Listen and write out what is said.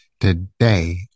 Today